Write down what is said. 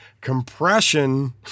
compression